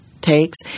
takes